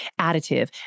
additive